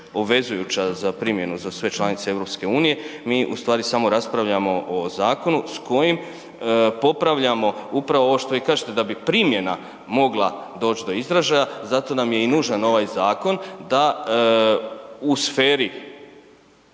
obvezujuća za primjenu za sve članice EU, mi ustvari samo raspravljamo o zakonu s kojim popravljamo upravo ovo što vi kažete da bi primjena mogla doć do izražaja. Zato nam je i nužan ovaj zakon da u sferi